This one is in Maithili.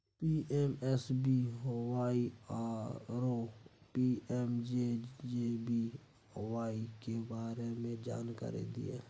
पी.एम.एस.बी.वाई आरो पी.एम.जे.जे.बी.वाई के बारे मे जानकारी दिय?